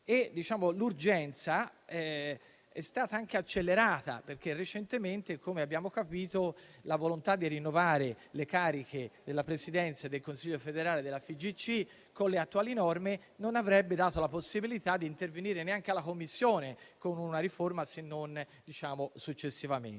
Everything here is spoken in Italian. L'urgenza è stata anche accelerata, perché recentemente, come abbiamo capito, la volontà di rinnovare le cariche della presidenza del consiglio federale della FIGC con le attuali norme non avrebbe dato la possibilità di intervenire neanche alla Commissione con una riforma, se non successivamente.